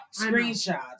screenshots